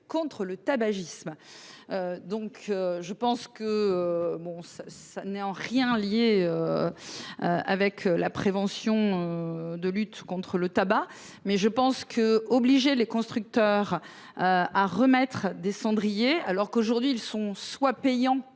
contre le tabagisme. Donc je pense que bon ce n'est en rien lié. Avec la prévention. De lutte contre le tabac. Mais je pense que obliger les constructeurs. À remettre des cendriers alors qu'aujourd'hui ils sont soit payants